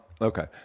okay